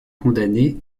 condamné